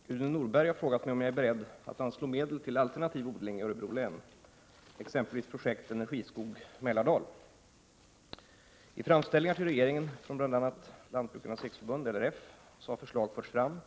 Herr talman! Gudrun Norberg har frågat mig om jag är beredd att anslå medel till alternativ odling i Örebro län, exempelvis projekt Energiskog Mälardal. I framställningar till regeringen från bl.a. Lantbrukarnas riksförbund har förslag förts fram